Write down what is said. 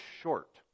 short